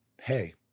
hey